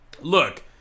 Look